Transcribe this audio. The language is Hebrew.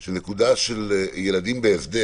של ילדים בהסדר.